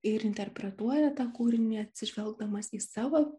ir interpretuoja tą kūrinį atsižvelgdamas į savo